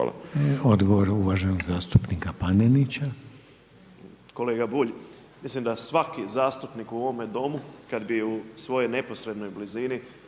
Odgovor uvaženog zastupnika Panenića. **Panenić, Tomislav (MOST)** Kolega Bulj, mislim da svaki zastupnik u ovome Domu kada bi u svojoj neposrednoj blizini